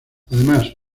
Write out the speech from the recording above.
además